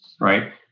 Right